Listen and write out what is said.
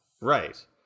Right